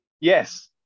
yes